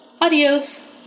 Adios